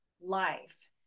life